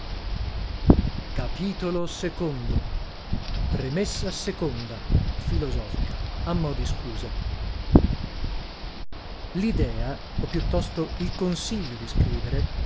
e io remessa seconda filosofica a mo di scusa lidea o piuttosto il consiglio di scrivere